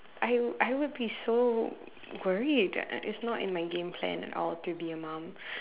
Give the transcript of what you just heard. I I would be so worried its not in my game plan at all to be a mum